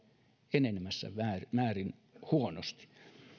enenevässä määrin huonosti